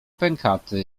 pękaty